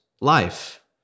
life